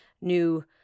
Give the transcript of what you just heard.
new